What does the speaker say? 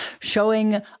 showing